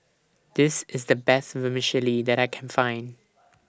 This IS The Best Vermicelli that I Can Find